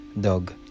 dog